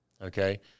okay